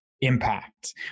impact